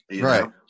Right